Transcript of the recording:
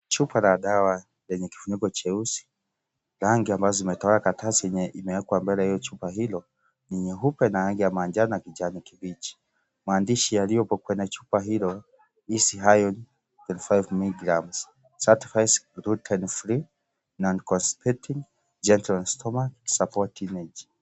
Chupa la dawa lenye kifuniko cheusi rangi ambazo zimetoweka karatasi iliyowekwa mbele ya chupa hilo ni nyeupe na rangi ya manjano na kijani kibichi maandishi yaliyoko kwenye chupa hilo easy iron 25mg certified gluten free, non constipating, gentle on stomach, support energy .